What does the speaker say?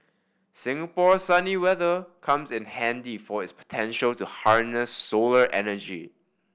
Singapore's sunny weather comes in handy for its potential to harness solar energy